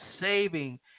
saving